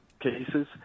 cases